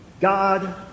God